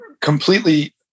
completely